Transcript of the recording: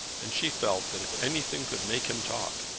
and she felt that if anything could make him talk,